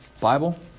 Bible